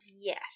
Yes